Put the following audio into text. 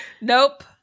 Nope